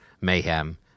Mayhem